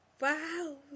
wow